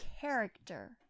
character